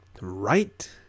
right